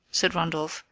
said randolph.